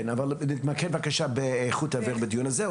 נתמקד בבקשה באיכות האוויר בדיון הזה.